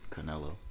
Canelo